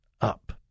up